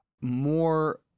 more